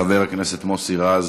חבר הכנסת מוסי רז,